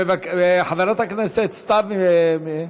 חברת הכנסת סתיו שפיר,